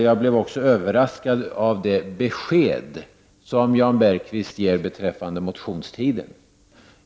Jag blev också överraskad av det besked som Jan Bergqvist ger beträffande motionstiden.